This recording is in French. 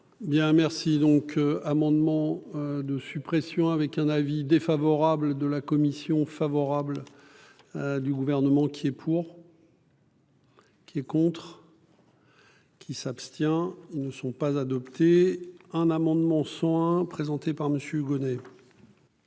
merci donc amendements de suppression avec un avis défavorable de la commission favorable. Du gouvernement qui est pour. Qui est contre. Qui s'abstient. Ils ne sont pas adopté un amendement soins présenté par monsieur